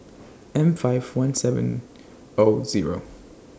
M five one seven O Zero